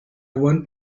want